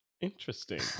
interesting